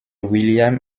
william